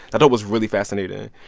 and it was really fascinating.